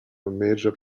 major